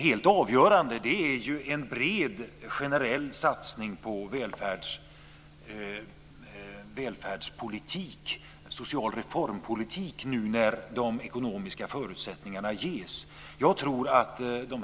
Helt avgörande är ju en bred generell satsning på välfärdspolitik, en social reformpolitik, nu när de ekonomiska förutsättningarna ges.